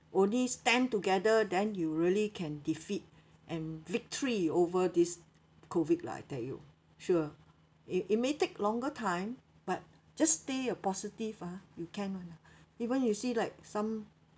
only stand together then you really can defeat and victory over this COVID lah I tell you sure it it may take longer time but just stay uh positive ah you can [one] even you see like some